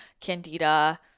candida